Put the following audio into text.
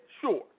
sure